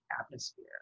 atmosphere